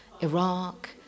Iraq